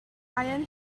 iron